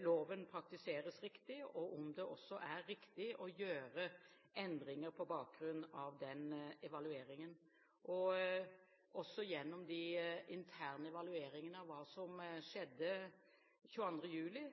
loven praktiseres riktig, og om det også er riktig å gjøre endringer på bakgrunn av den evalueringen. Også gjennom de interne evalueringene av hva som skjedde 22. juli,